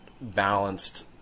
balanced